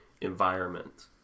environment